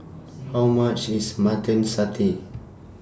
How much IS Mutton Satay